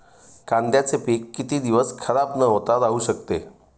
कांद्याचे पीक किती दिवस खराब न होता राहू शकते?